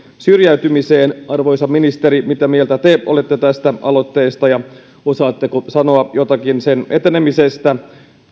syrjäytymiseen arvoisa ministeri mitä mieltä te olette tästä aloitteesta ja osaatteko sanoa jotakin sen etenemisestä